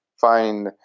find